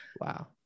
Wow